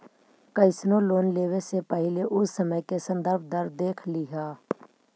कइसनो लोन लेवे से पहिले उ समय के संदर्भ दर देख लिहऽ